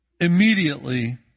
immediately